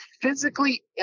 physically